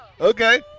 okay